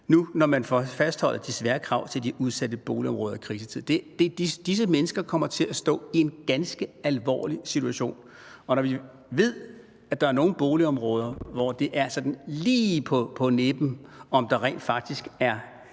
og at man fastholder de svære krav til de udsatte boligområder i en krisetid Disse mennesker kommer til at stå i en ganske alvorlig situation. Vi ved, at der er nogle boligområder, hvor det er sådan lige på nippet, om der rent faktisk er